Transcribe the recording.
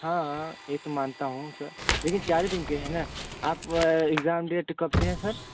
हाँ हाँ यह तो मानता हूँ सर लेकिन चार ही दिन का है ना आप एग्जाम डेट कब से है सर